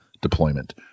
deployment